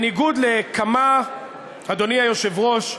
אדוני היושב-ראש,